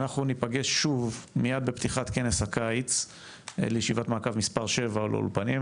אנחנו נפגש שוב מיד בפתיחת כנס הקיץ לישיבת מעקב מס' 7 על האולפנים,